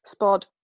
spod